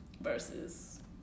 versus